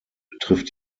betrifft